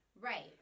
Right